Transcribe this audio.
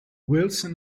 wilson